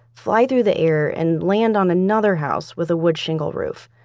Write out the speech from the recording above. fly through the air, and land on another house with a wood shingle roof.